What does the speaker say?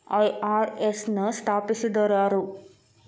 IRS ನ ಸ್ಥಾಪಿಸಿದೊರ್ಯಾರು?